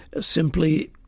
simply